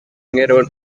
umwere